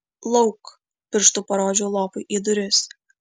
lauk pirštu parodžiau lopui į duris